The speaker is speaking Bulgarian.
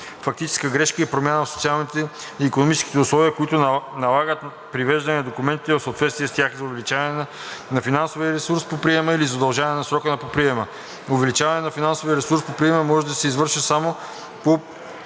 фактическа грешка и промяна в социалните и икономическите условия, които налагат привеждане на документите в съответствие с тях, за увеличаване на финансовия ресурс по приема или за удължаване на срока на приема. Увеличаване на финансовия ресурс по приема може да се извършва само до